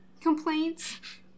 complaints